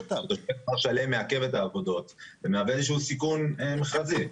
כפר שלם מעכב את העבודות ומהווה איזה שהוא סיכון מכרזי.